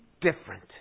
different